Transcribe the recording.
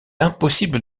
impossible